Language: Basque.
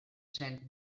zen